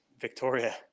Victoria